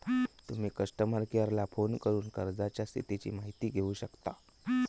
तुम्ही कस्टमर केयराक फोन करून कर्जाच्या स्थितीची माहिती घेउ शकतास